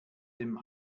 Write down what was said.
dem